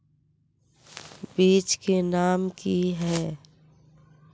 बीज के नाम की है?